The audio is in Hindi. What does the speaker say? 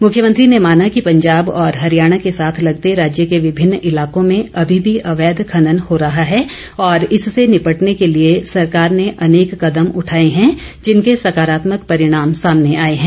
मुख्यमंत्री ने माना कि पंजाब और हरियाणा के साथ लगते राज्य के विभिन्न इलाकों में अभी भी अवैध खनन हो रहा है और इससे निपटने के लिए सरकार ने अनेक कदम उठाए हैं जिनके सकारात्मक परिणाम सामने आए हैं